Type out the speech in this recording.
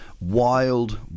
wild